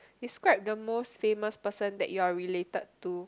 describe the most famous person that you are related to